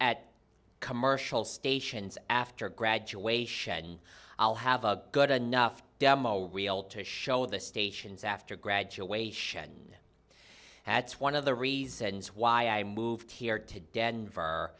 at commercial stations after graduation i'll have a good enough demo reel to show the stations after graduation that's one of the reasons why i moved here to denver